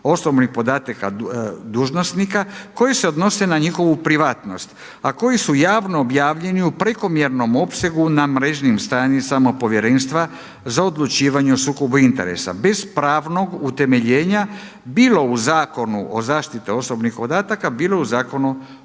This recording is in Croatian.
osobnih podataka dužnosnika koji se odnose na njihovu privatnost, a koji su javno objavljeni u prekomjernom opsegu na mrežnim stranicama povjerenstva za odlučivanje o sukobu interesa bez pravnog utemeljena bilo u Zakonu o zaštiti osobnih podataka bilo o Zakonu